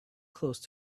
close